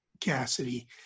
Cassidy